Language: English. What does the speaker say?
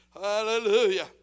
Hallelujah